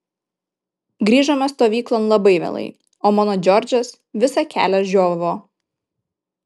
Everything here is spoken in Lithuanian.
grįžome stovyklon labai vėlai o mano džordžas visą kelią žiovavo